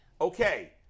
Okay